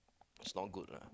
its not good lah